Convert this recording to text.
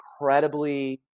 incredibly